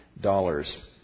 dollars